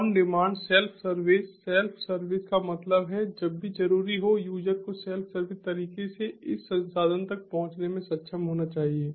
on demand self service self service का मतलब है जब भी जरूरी हो यूजर को सेल्फ सर्विस तरीके से इस संसाधन तक पहुंचने में सक्षम होना चाहिए